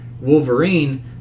Wolverine